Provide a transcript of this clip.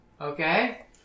Okay